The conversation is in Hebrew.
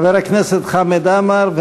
חבר הכנסת חמד עמאר,